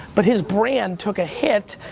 but his brand took a hit.